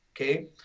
okay